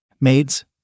Maids